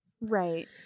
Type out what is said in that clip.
Right